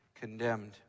condemned